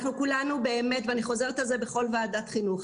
כמו שאני אומרת בכל ועדת חינוך,